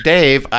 Dave